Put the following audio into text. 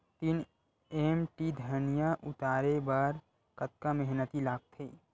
तीन एम.टी धनिया उतारे बर कतका मेहनती लागथे?